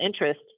interest